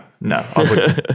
no